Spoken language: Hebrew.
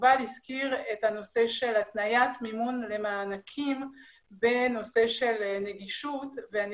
יובל הזכיר את הנושא של התניית מימון למענקים בנושא של נגישות ואני